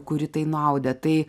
kuri tai nuaudė tai